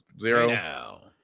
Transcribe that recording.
Zero